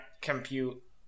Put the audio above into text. Compute